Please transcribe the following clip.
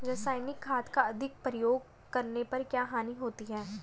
रासायनिक खाद का अधिक प्रयोग करने पर क्या हानि होती है?